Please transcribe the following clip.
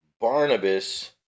Barnabas